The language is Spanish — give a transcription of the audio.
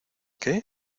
qué